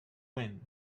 wind